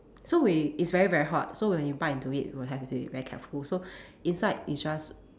so we it's very very hot so when you bite into it you will have to be very careful so inside is just